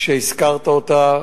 שהזכרת אותה,